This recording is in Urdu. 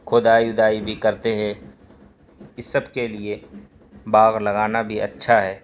کھدائی ودائی بھی کرتے ہے اس سب کے لیے باغ لگانا بھی اچھا ہے